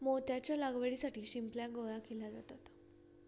मोत्याच्या लागवडीसाठी शिंपल्या गोळा केले जातात